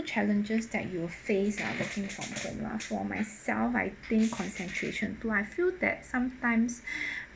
challenges that you face ah working from home lah for myself I think concentration too I feel that sometimes